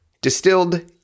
distilled